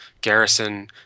garrison